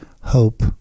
hope